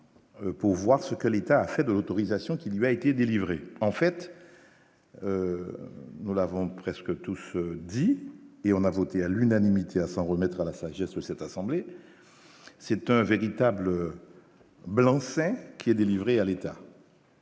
pour voir ce que l'État a fait de l'autorisation qui lui a été délivré en fait nous avons presque tous dit et on a voté à l'unanimité, à s'en remettre à la sagesse de cette assemblée, c'est un véritable blanc-seing qui est délivré à l'État.